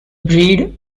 breed